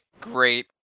great